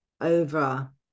over